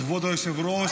כבוד היושב-ראש,